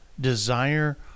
desire